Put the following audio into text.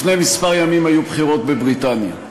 לפני כמה ימים היו בחירות בבריטניה.